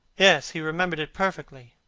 yes, he remembered it perfectly.